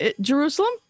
Jerusalem